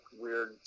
weird